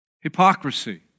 hypocrisy